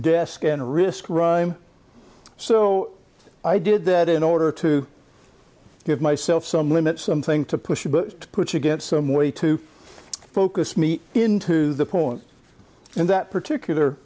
desk and risk rhyme so i did that in order to give myself some limits something to push a button to push to get some way to focus me into the point and that particular